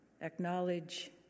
acknowledge